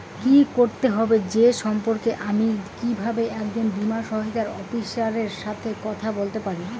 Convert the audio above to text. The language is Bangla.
কী করতে হবে সে সম্পর্কে আমি কীভাবে একজন বীমা সহায়তা অফিসারের সাথে কথা বলতে পারি?